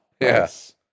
yes